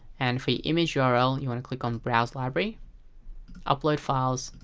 and for the image url, you want to click on browse library upload files,